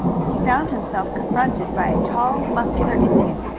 he found himself confronted by a tall, muscular indian,